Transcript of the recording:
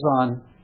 on